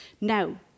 now